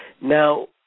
Now